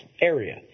area